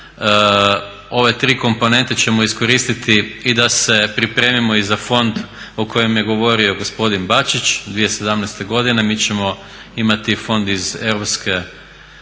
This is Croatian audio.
ove tri komponente ćemo iskoristiti i da se pripremimo za fond o kojem je govorio gospodin Bačić 2017. godine. Mi ćemo imati fond iz